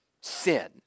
sin